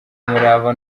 umurava